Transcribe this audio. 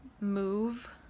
move